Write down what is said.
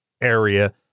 area